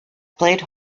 played